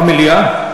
במליאה?